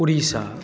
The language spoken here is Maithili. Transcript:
उड़िशा